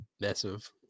Massive